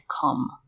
come